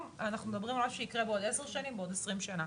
אנחנו מדברים על משהו שיקרה בעוד 10-20 שנים.